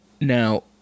Now